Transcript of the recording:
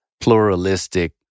pluralistic